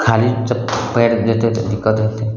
खाली चप्पल पहिरके जेतय तऽ दिक्कत हेतय